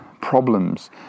problems